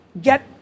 get